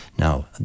now